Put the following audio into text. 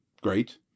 Great